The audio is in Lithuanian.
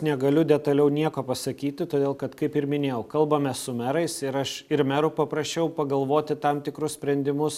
negaliu detaliau nieko pasakyti todėl kad kaip ir minėjau kalbame su merais ir aš ir merų paprašiau pagalvoti tam tikrus sprendimus